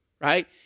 right